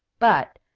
but,